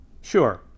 Sure